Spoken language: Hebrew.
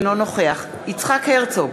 אינו נוכח יצחק הרצוג,